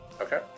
Okay